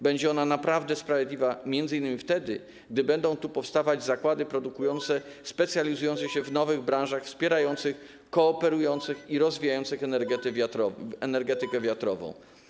Będzie ona naprawdę sprawiedliwa m.in. wtedy, gdy będą tu powstawać zakłady produkujące, specjalizujące się w nowych branżach wspierających, kooperujących i rozwijających energetykę wiatrową.